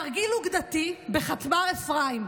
תרגיל אוגדתי בחטמ"ר אפרים.